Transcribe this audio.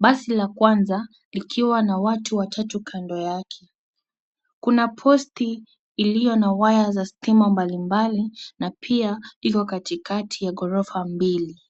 Basi la kwanza likiwa na watatu watu kando yake. Kuna post iliyo na waya za stima mbalimbali na pia iko katikati ya ghorofa mbili.